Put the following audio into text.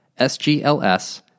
sgls